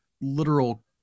literal